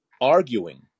arguing